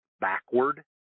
backward